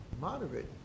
moderate